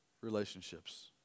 relationships